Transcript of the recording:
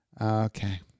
Okay